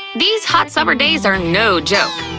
these hot summer days are no joke!